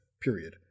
period